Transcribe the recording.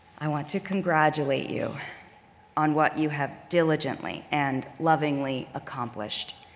i want to congratulate you on what you have diligently and lovingly accomplished.